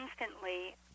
instantly